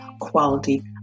quality